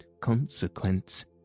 consequence